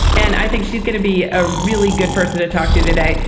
and i think she's going to be a really good person to talk to today.